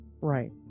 right